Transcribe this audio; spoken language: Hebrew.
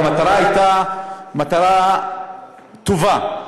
המטרה הייתה מטרה טובה,